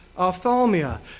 Ophthalmia